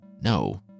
No